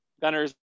Gunner's